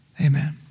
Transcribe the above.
Amen